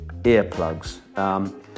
earplugs